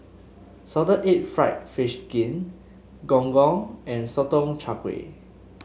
Salted Egg fried fish skin Gong Gong and Sotong Char Kway